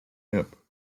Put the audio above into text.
hip